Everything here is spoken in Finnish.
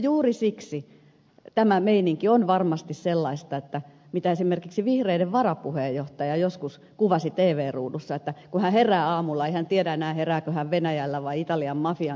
juuri siksi tämä meininki on varmasti sellaista mitä esimerkiksi vihreiden varapuheenjohtaja joskus kuvasi tv ruudussa että kun hän herää aamulla ei hän tiedä enää herääkö hän venäjällä vai italian mafian keskellä